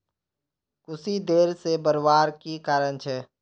कुशी देर से बढ़वार की कारण छे?